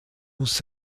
muss